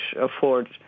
afford